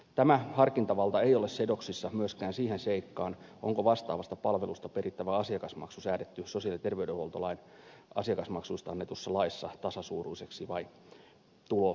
tämä harkintavalta ei ole sidoksissa myöskään siihen seikkaan onko vastaavasta palvelusta perittävä asiakasmaksu säädetty sosiaali ja terveydenhuoltolain asiakasmaksuista annetussa laissa tasasuuruiseksi vai tulosidonnaiseksi